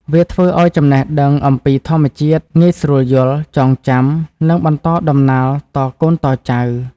វាធ្វើឲ្យចំណេះដឹងអំពីធម្មជាតិងាយស្រួលយល់ ចងចាំ និងបន្តដំណាលតកូនតចៅ។